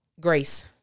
Grace